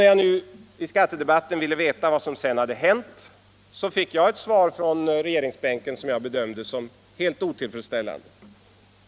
När jag i skattedebatten ville veta vad som sedan hade hänt fick jag ett svar från regeringsbänken som jag bedömde som helt otillfredsställande.